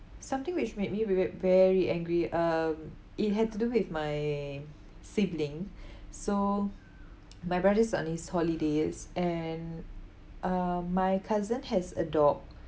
something which made me ve~ ve~ very angry um it had to do with my sibling so my brother's on his holidays and uh my cousin has a dog